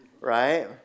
right